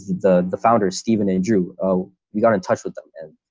the the founder, steven andrew, oh, you got in touch with them and